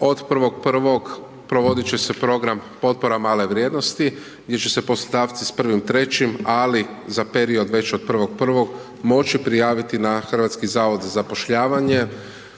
od 1.1. provodit će se program potpora male vrijednosti gdje će se po stavci sa 1.3. ali za period već od 1.1. moći prijaviti na HZZZ u vidu potpora